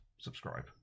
subscribe